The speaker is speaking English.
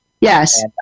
yes